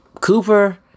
Cooper